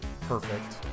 Perfect